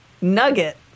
nugget